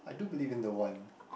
I do believe in the one